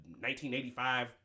1985